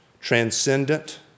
transcendent